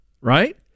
right